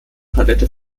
palette